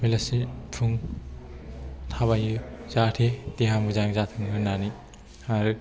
बेलासि फुं थाबायो जाहाथे देहा मोजां जाथों होननानै आरो